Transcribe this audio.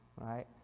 right